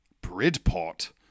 bridport